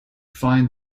find